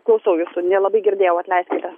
klausau jūsų nelabai girdėjau atleiskite